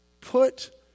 Put